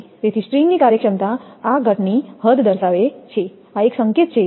તેથી સ્ટ્રિંગની કાર્યક્ષમતા આ ઘટની હદ દર્શાવે છે આ એક સંકેત છે